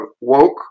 woke